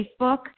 Facebook